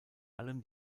allem